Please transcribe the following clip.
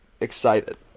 excited